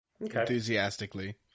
enthusiastically